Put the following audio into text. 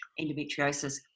endometriosis